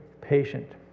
patient